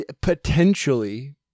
Potentially